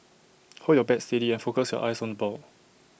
hold your bat steady and focus your eyes on ball